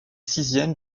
sixième